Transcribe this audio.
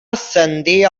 ascendir